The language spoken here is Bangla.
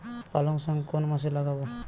পালংশাক কোন মাসে লাগাব?